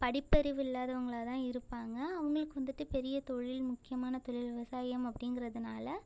படிப்பறிவு இல்லாதவங்களாக தான் இருப்பாங்கள் அவங்களுக்கு வந்துட்டு பெரிய தொழில் முக்கியமான தொழில் விவசாயம் அப்படிங்கிறதுனால